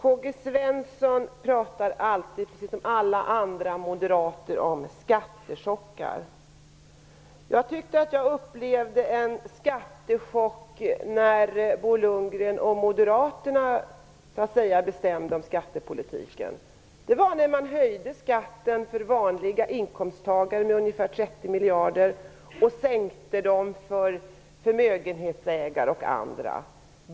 Fru talman! Karl-Gösta Svenson, liksom alla andra moderater, talar alltid om skattechockar. Jag tyckte att jag upplevde en skattechock när Bo Lundgren och Moderaterna så att säga bestämde om skattepolitiken. Man höjde ju skatten för vanliga inkomsttagare med ungefär 30 miljarder och sänkte skatten för förmögenhetsägare och andra.